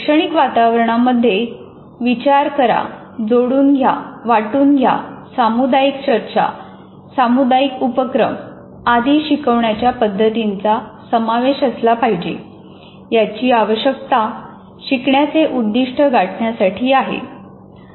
शैक्षणिक वातावरणामध्ये विचार करा जोडून घ्या वाटून घ्या सामुदायिक चर्चा सामुदायिक उपक्रम आदि शिकवण्याच्या पद्धतींचा समावेश असला पाहिजे याची आवश्यकता शिकण्याचे उद्दिष्ट गाठण्यासाठी आहे